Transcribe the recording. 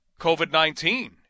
COVID-19